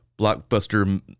blockbuster